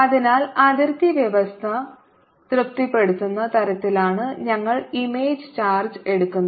അതിനാൽ അതിർത്തി വ്യവസ്ഥ തൃപ്തിപ്പെടുത്തുന്ന തരത്തിലാണ് ഞങ്ങൾ ഇമേജ് ചാർജ് എടുക്കുന്നത്